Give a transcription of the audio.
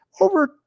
Over